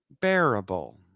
bearable